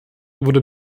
wurde